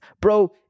bro